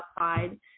outside –